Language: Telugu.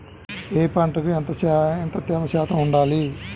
ఏ పంటకు ఎంత తేమ శాతం ఉండాలి?